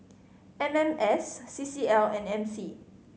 M M S C C L and M C